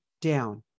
down